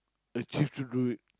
achieve to do it